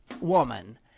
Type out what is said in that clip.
woman